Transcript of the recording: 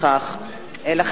לכן,